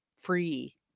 free